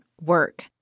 work